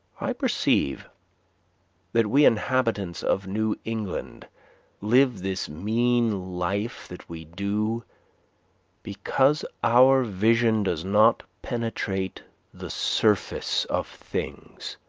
i perceive that we inhabitants of new england live this mean life that we do because our vision does not penetrate the surface of things.